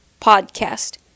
podcast